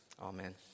Amen